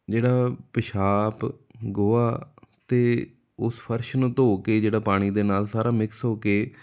ਜਿਹੜਾ ਪਿਸ਼ਾਪ ਗੋਹਾ ਅਤੇ ਉਸ ਫਰਸ਼ ਨੂੰ ਧੋਅ ਕੇ ਜਿਹੜਾ ਪਾਣੀ ਦੇ ਨਾਲ ਸਾਰਾ ਮਿਕਸ ਹੋ ਕੇ